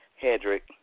Hedrick